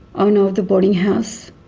owner of the boarding house,